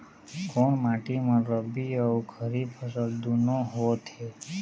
कोन माटी म रबी अऊ खरीफ फसल दूनों होत हे?